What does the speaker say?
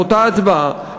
באותה הצבעה,